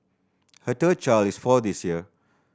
her third child is four this year